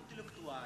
הוא אינטלקטואל,